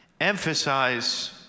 emphasize